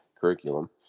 curriculum